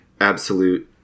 absolute